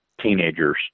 teenagers